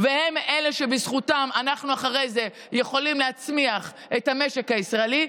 אלה שבזכותם אנחנו אחרי זה יכולים להצמיח את המשק הישראלי,